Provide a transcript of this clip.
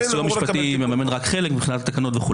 הסיוע המשפטי מממן רק חלק מהתקנות.